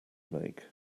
make